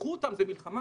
קחו אותם זו מלחמה.